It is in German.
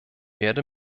werde